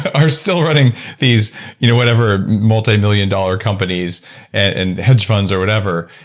are still running these you know whatever multi-million dollar companies and hedge funds or whatever,